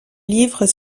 livres